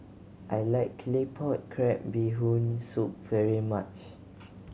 I like Claypot Crab Bee Hoon Soup very much